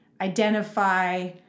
identify